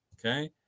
okay